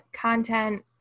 content